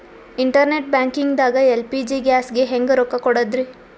Internet banking ದಾಗ LPG ಗ್ಯಾಸ್ಗೆ ಹೆಂಗ್ ರೊಕ್ಕ ಕೊಡದ್ರಿ?